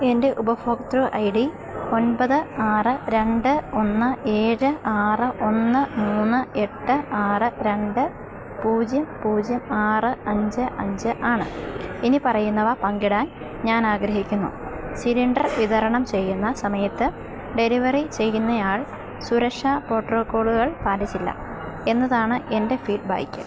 എന്റെ ഉപഭോക്തൃ I D ഒന്പത് ആറ് രണ്ട് ഒന്ന് ഏഴ് ആറ് ഒന്ന് മൂന്ന് എട്ട് ആറ് രണ്ട് പൂജ്യം പൂജ്യം ആറ് അഞ്ച് അഞ്ച് ആണ് ഇനിപ്പറയുന്നവ പങ്കിടാൻ ഞാൻ ആഗ്രഹിക്കുന്നു സിലിണ്ടർ വിതരണം ചെയ്യുന്ന സമയത്ത് ഡെലിവറി ചെയ്യുന്നയാൾ സുരക്ഷാ പ്രോട്ട്റോക്കോള്കൾ പാലിച്ചില്ല എന്നതാണ് എന്റെ ഫീഡ്ബാക്ക്